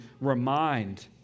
remind